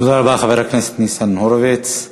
תודה רבה, חבר הכנסת ניצן הורוביץ.